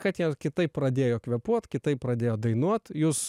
kad jie kitaip pradėjo kvėpuot kitaip pradėjo dainuot jūs